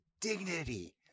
dignity